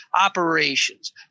operations